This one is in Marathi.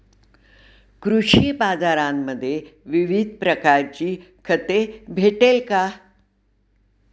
कृषी बाजारांमध्ये विविध प्रकारची खते भेटेल का?